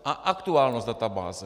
A aktuálnost databáze.